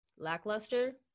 lackluster